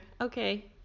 Okay